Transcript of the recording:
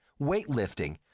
weightlifting